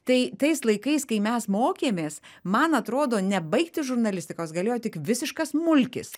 tai tais laikais kai mes mokėmės man atrodo nebaigti žurnalistikos galėjo tik visiškas mulkis